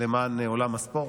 למען עולם הספורט.